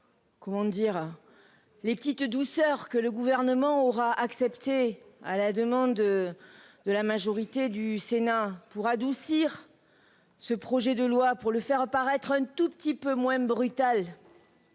Comment dire. Les petites douceurs que le gouvernement aura accepté à la demande. De la majorité du Sénat pour adoucir. Ce projet de loi pour le faire paraître un tout petit peu moins brutal.